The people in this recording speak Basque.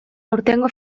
aurtengo